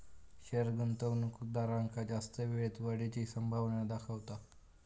share गुंतवणूकदारांका जास्त वेळेत वाढीची संभावना दाखवता